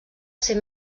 ser